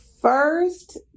First